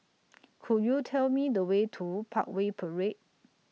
Could YOU Tell Me The Way to Parkway Parade